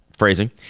phrasing